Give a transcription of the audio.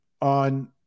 on